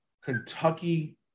Kentucky